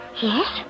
Yes